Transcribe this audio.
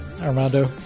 Armando